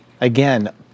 Again